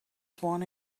sworn